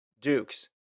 Dukes